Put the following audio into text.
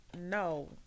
No